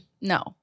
No